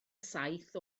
saith